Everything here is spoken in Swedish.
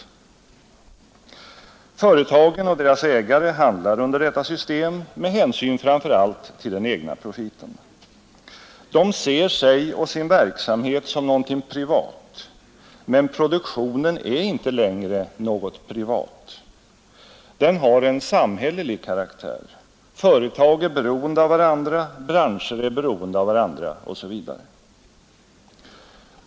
Företagen och deras ägare handlar under detta system med hänsyn framför allt till den egna profiten. De ser sig och sin verksamhet som något privat, men produktionen är inte något privat. Den har en samhällelig karaktär. Företag är beroende av varandra, branscher är beroende av varandra osv.